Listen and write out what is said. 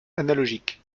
analogique